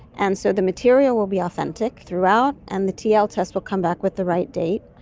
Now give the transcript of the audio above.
and so the material will be authentic throughout and the tl test will come back with the right date,